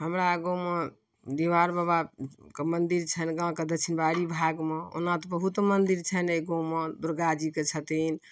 हमरा गाँवमे डिहबार बाबा कऽ मन्दिर छनि गाँवके दच्छिनबाड़ी भागमे ओना तऽ बहुत मन्दिर छनि एहि गाँवमे दुर्गा जीके छथिन